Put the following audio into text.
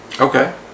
Okay